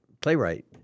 playwright